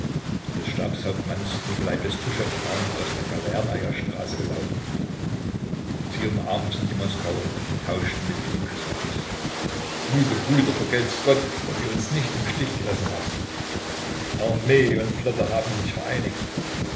und des stabshauptmanns nikolai bestuschew kamen aus der galernaja straße gelaufen sie umarmten die moskauer und tauschten mit ihnen küsse aus liebe brüder vergelt's gott daß ihr uns nicht im stich gelassen habt armee und flotte haben sich vereinigt